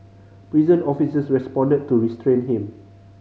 prison officers responded to restrain him